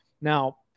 Now